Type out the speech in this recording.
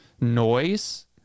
noise